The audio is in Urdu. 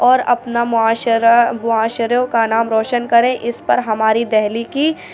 اور اپنا معاشرہ معاشروں کا نام روشن کریں اس پر ہماری دہلی کی